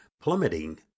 plummeting